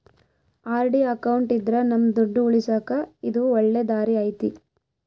RD account ಇದ್ರ ನಮ್ ದುಡ್ಡು ಉಳಿಸಕ ಇದು ಒಳ್ಳೆ ದಾರಿ ಐತಿ